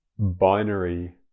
binary